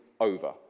over